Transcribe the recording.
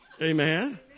Amen